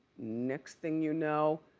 next thing you know,